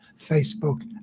Facebook